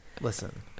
listen